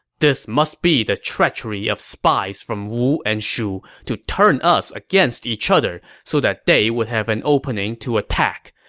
this must be the treachery of spies from wu and shu to turn us against each other so that they would have an opening to attack.